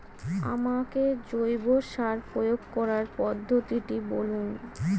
আমাকে জৈব সার প্রয়োগ করার পদ্ধতিটি বলুন?